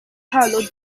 hollow